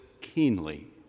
keenly